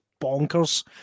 bonkers